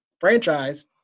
franchise